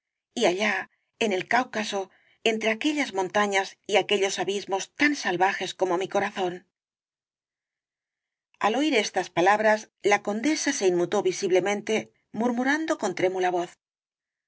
y allá en el cáuc'aso entre aquellas montañas y aquellos abismos tan salvajes como mi corazón al oir estas palabras la condesa se inmutó visiblemente murmurando con trémula voz